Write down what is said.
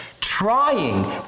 trying